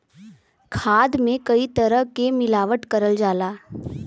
खाद में कई तरे क मिलावट करल जाला